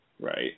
Right